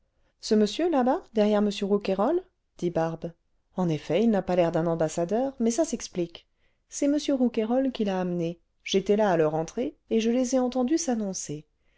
ce monsieur là-bas derrière m rouquayrol dit barbe en effet il n'a pas l'air d'un ambassadeur mais ça s'explique c'est m rouquayrol qui l'a amené j'étais là à leur entrée et je les ai entendus